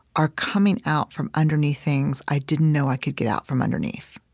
are coming out from underneath things i didn't know i could get out from underneath.